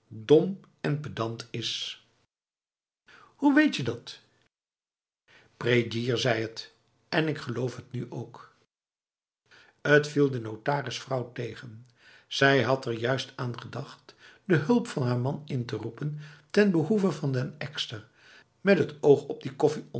dom en pedant is hoe weetje dat prédier zei het en ik geloof het nu ook het viel de notarisvrouw tegen zij had er juist aan gedacht de hulp van haar man in te roepen ten behoeve van den ekster met het oog op die